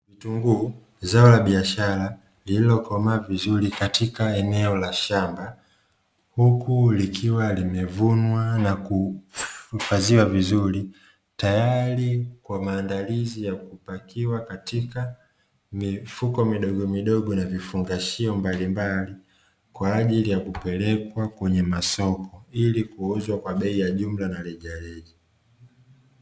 Vitunguu; zao la biashara lililokomaa vizuri katika eneo la shamba, huku likiwa limevunwa na kuhifadhiwa vizuri tayari kwa maandalizi ya kupakiwa katika mifuko midogomidogo na vifungashio mbalimbali kwa ajili ya kupelekwa kwenye masoko, ili kuuzwa kwa bei ya jumla na rejareja.